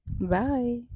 bye